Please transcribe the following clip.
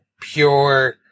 pure